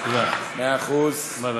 מקובל.